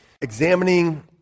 examining